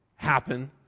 happen